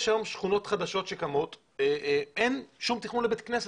יש היום שכונות חדשות שקמות ואין למשל כל תכנון לבית כנסת.